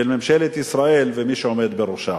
של ממשלת ישראל ומי שעומד בראשה.